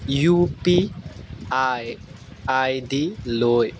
U P I ID লৈ